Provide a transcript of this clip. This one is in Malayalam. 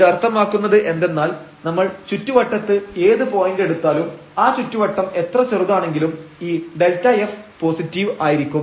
ഇത് അർത്ഥമാക്കുന്നത് എന്തെന്നാൽ നമ്മൾ ചുറ്റുവട്ടത്ത് ഏത് പോയന്റ് എടുത്താലും ആ ചുറ്റുവട്ടം എത്ര ചെറുതാണെങ്കിലും ഈ Δf പോസിറ്റീവ് ആയിരിക്കും